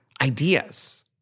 ideas